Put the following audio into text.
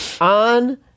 on